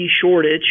shortage